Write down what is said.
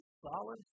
solid